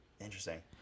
Interesting